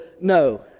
no